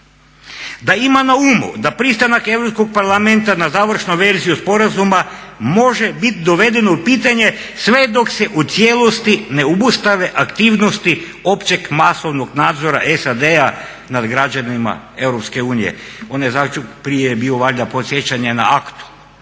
Da ima na umu da pristanak Europskog parlamenta na završnu verziju sporazuma može biti dovedeno u pitanje sve dok se u cijelosti ne obustave aktivnosti općeg masovnog nadzora SAD-a nad građanima EU. One, prije je bio valjda podsjećanje na aktu